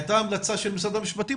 הייתה המלצה של משרד המשפטים,